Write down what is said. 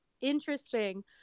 interesting